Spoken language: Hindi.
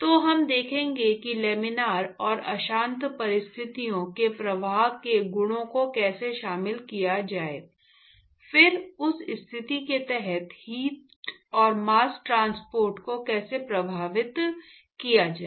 तो हम देखेंगे कि लामिना और अशांत परिस्थितियों में प्रवाह के गुणों को कैसे शामिल किया जाए फिर उस स्थिति के तहत हीट और मास्स ट्रांसपोर्ट को कैसे प्रभावित किया जाए